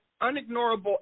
unignorable